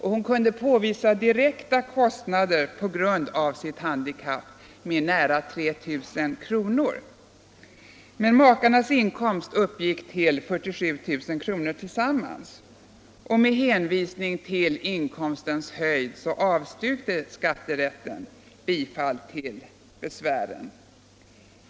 Hon kunde påvisa direkta kostnader på grund av sitt handikapp med nära 3 000 kr. Men makarnas inkomst uppgick till 47 000 kr. tillsammans, och med hänvisning till inkomstens höjd avvisade skatterätten besvären.